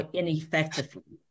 ineffectively